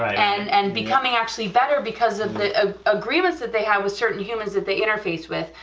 and and becoming actually better because of the ah agreements that they have with certain humans that they interfaced with,